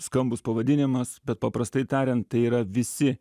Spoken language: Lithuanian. skambus pavadinimas bet paprastai tariant tai yra visi